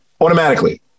automatically